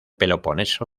peloponeso